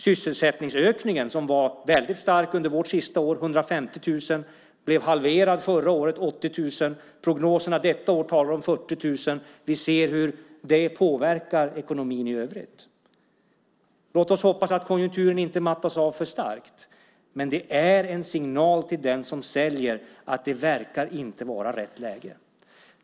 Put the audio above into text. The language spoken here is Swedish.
Sysselsättningsökningen, som var väldigt stark under vårt sista år - 150 000 - blev halverad förra året - 80 000. Prognoserna detta år talar om 40 000. Vi ser hur det påverkar ekonomin i övrigt. Låt oss hoppas att konjunkturen inte mattas av för starkt, men det är en signal till den som säljer att det inte verkar vara rätt läge.